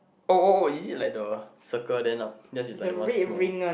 oh oh oh is it like the circle then aft~ there is like one small